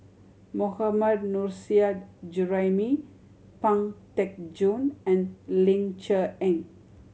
Mohammad Nurrasyid Juraimi Pang Teck Joon and Ling Cher Eng